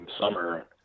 summer